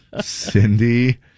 Cindy